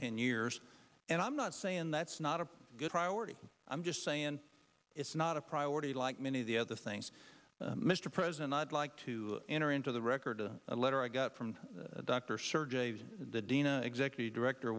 ten years and i'm not saying that's not a good priority i'm just saying it's not a priority like many of the other things mr president i'd like to enter into the record a letter i got from dr sergio the dina executive director